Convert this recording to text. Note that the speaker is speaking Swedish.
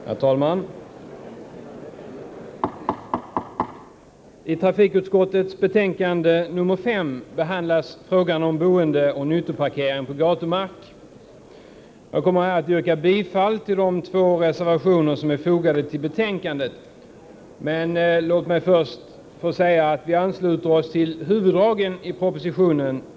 Herr talman! I trafikutskottets betänkande nr 5 behandlas frågan om boendeoch nyttoparkering på gatumark. Jag kommer här att yrka bifall till de två reservationer som är fogade till betänkandet. Men låt mig först få säga att vi ansluter oss till huvuddragen i propositionen.